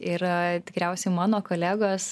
yra tikriausiai mano kolegos